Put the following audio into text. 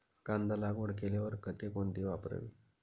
कांदा लागवड केल्यावर खते कोणती वापरावी?